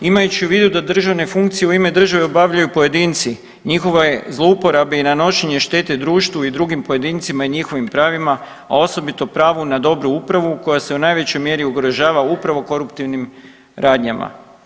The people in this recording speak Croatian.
Imajući u vidu da državne funkcije u ime države obavljaju pojedinci, njihova je zlouporaba i nanošenje štete društvu i drugim pojedincima i njihovim pravima, a osobito pravu na dobru upravu koja se u najvećoj mjeri ugrožava upravo koruptivnim radnjama.